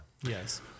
Yes